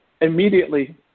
immediately